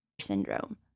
syndrome